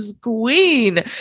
queen